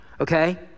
okay